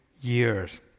years